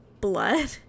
blood